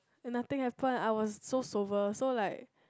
and nothing happen I was so sober so like